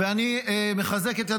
אני מחזק את ידיך,